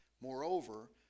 Moreover